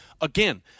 Again